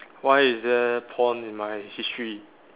why is there porn in my history